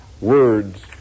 words